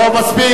זה וידוא הריגה,